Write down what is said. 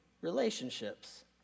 Relationships